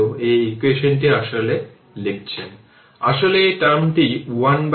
এবং এখানে প্রতিস্থাপন করুন যদি এটিকে এখানে রাখেন তাহলে wq2 বাই 2 c পাবেন